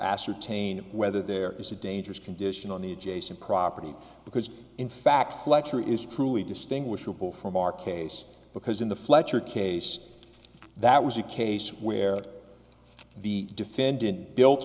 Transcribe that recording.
ascertain whether there is a dangerous condition on the adjacent property because in fact selection is truly distinguishable from our case because in the fletcher case that was a case where the defendant built